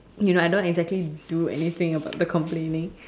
you know I don't exactly do anything about the complaining